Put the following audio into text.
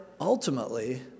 ultimately